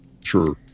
Sure